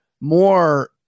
more